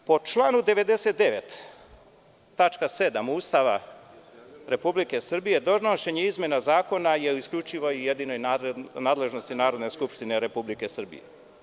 Po članu 99. tačka 7. Ustava Republike Srbije donošenje izmena zakona je u isključivoj i jedinoj nadležnosti Narodne skupštine Republike Srbije.